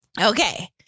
Okay